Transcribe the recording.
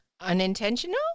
Unintentional